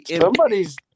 somebody's